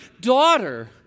daughter